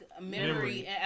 Memory